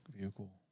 vehicle